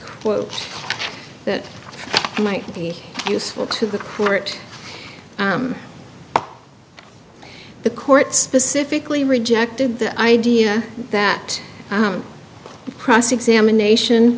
quote that might be useful to the court the court specifically rejected the idea that cross examination